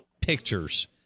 pictures